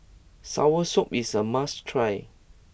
Soursop is a must try